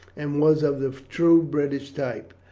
and was of the true british type,